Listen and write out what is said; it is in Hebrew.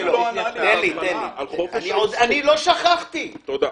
לא שכחתי,